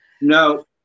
No